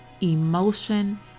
emotion